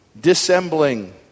dissembling